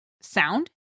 sound